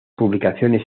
publicaciones